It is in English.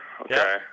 Okay